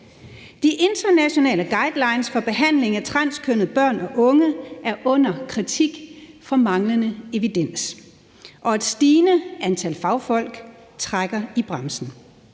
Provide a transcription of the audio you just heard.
De internationale guidelines for behandlingen af transkønnede børn og unge er under kritik for manglende evidens, og et stigende antal fagfolk trækker i bremsen.